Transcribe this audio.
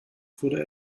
wurde